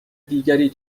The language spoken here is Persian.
دیگری